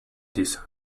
this